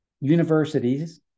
universities